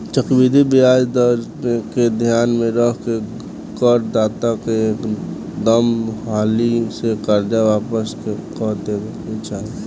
चक्रवृद्धि ब्याज दर के ध्यान में रख के कर दाता के एकदम हाली से कर्जा वापस क देबे के चाही